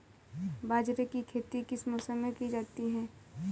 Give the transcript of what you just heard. बाजरे की खेती किस मौसम में की जाती है?